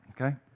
okay